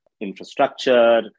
infrastructure